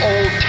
Old